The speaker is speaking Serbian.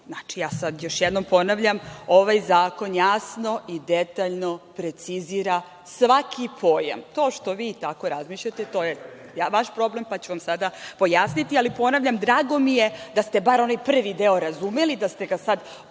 Znači, još jednom ponavljam, ovaj zakon jasno i detaljno precizira svaki pojam. To što vi tako razmišljate, to je vaš problem. Ja ću vam sad pojasniti, ali ponavljam, drago mi je da ste bar onaj prvi deo razumeli, da ste ga sad ponovili